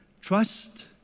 trust